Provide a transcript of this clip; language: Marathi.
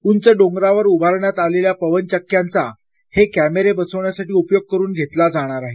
उंच डोगरावर उभारण्यात आलेल्या पवनचक्क्यांचा हे कॅमेरे बसवण्यासाठी उपयोग करुन घेतला जाणार आहे